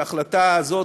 ההחלטה הזו,